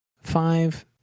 five